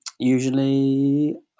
Usually